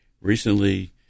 recently